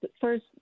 first